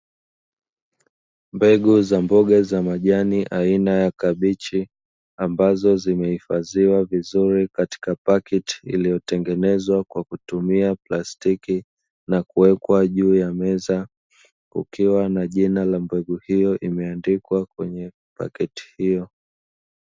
Mbegu za mboga za majani aina ya kabichi, ambazo zimehifadhiwa vizuri katika pakiti iliyotengenezwa kwa kutumia plastiki na kuwekwa juu ya meza, kukiwa na jina la mbegu hiyo imeandikwa kwenye pakiti hiyo.